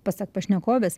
pasak pašnekovės